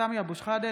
סמי אבו שחאדה,